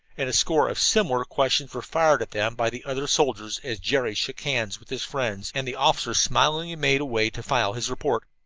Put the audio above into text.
and a score of similar questions were fired at them by the other soldiers as jerry shook hands with his friends, and the officer smilingly made away to file his report.